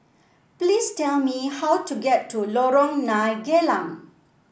please tell me how to get to Lorong Nine Geylang